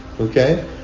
Okay